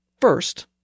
First